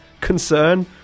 concern